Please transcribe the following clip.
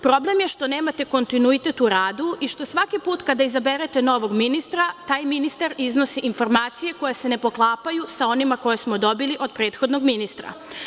Problem je što nemate kontinuitet u radu i što svaki put kada izaberete ministra, taj ministar iznosi informacije koje se ne poklapaju sa onima koje smo dobili od prethodnog ministra.